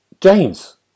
James